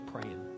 praying